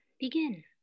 begin